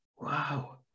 Wow